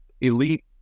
elite